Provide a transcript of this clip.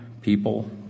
people